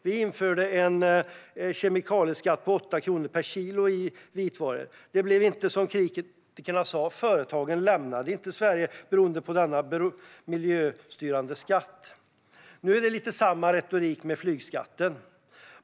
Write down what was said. Vi införde en kemikalieskatt på 8 kronor per kilo för vitvaror. Det blev inte som kritikerna sa. Företagen lämnade inte Sverige beroende på denna miljöstyrande skatt. Nu är det lite samma retorik kring flygskatten.